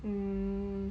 mm